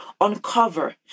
uncover